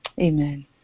Amen